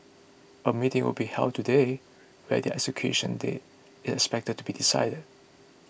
a meeting will be held today where their execution date is expected to be decided